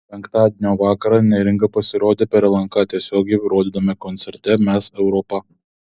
penktadienio vakarą neringa pasirodė per lnk tiesiogiai rodytame koncerte mes europa